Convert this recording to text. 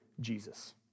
Jesus